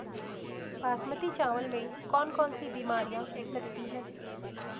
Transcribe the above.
बासमती चावल में कौन कौन सी बीमारियां लगती हैं?